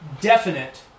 definite